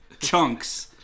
chunks